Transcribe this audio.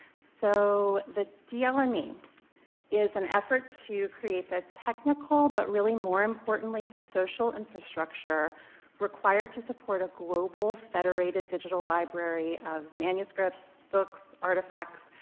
so the dlme i mean is an effort to create the technical but really more importantly the social infrastructure required to support a global federated digital library of manuscripts, books, artifacts,